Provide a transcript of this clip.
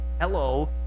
hello